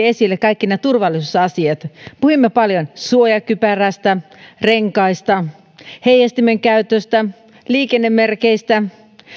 esille kaikki nämä turvallisuusasiat puhuimme paljon suojakypärästä renkaista heijastimen käytöstä liikennemerkeistä